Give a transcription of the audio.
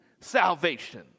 salvation